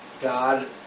God